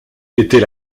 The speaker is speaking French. était